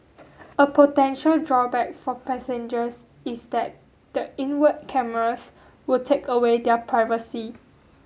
a potential drawback for passengers is that the inward cameras would take away their privacy